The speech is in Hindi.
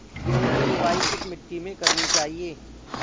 गेहूँ की बुवाई किस मिट्टी में करनी चाहिए?